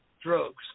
Drugs